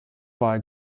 wahl